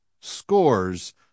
scores